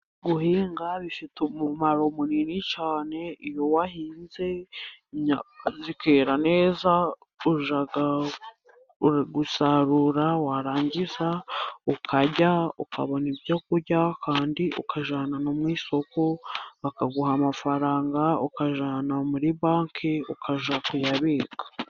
Guhinga bifite umumaro munini cyane, iyo wahinze imyaka ikera neza, ujya gusarura warangiza ukarya ukabona ibyo rya kandi ukajyana mu isoko bakaguha amafaranga ukajyana muri banki, ukajya kuyabika.